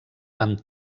amb